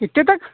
कितने तक